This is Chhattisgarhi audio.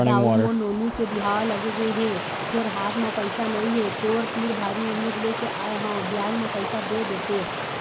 दाऊ मोर नोनी के बिहाव लगगे हे फेर हाथ म पइसा नइ हे, तोर तीर भारी उम्मीद लेके आय हंव बियाज म पइसा दे देतेस